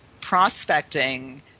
prospecting